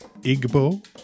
Igbo